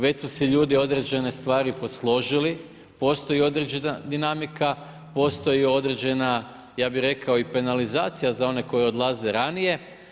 Već su si ljudi određene stvari posložili, postoji određena dinamika, postoji određena ja bih rekao i penalizacija za one koji odlaze ranije.